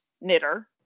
Knitter